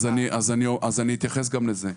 אז אני אתייחס גם לזה.